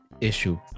issue